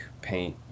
paint